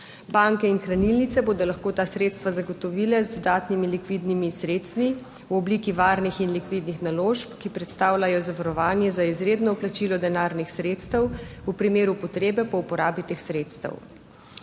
Banke in hranilnice bodo lahko ta sredstva zagotovile z dodatnimi likvidnimi sredstvi v obliki varnih in likvidnih naložb, ki predstavljajo zavarovanje za izredno vplačilo denarnih sredstev v primeru potrebe po uporabi teh sredstev.